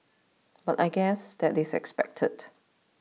but I guess that is expected